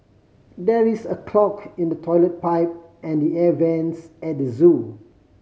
there is a clog in the toilet pipe and the air vents at the zoo